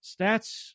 stats